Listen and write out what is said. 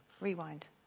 Rewind